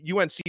UNC